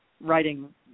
writing